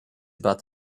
about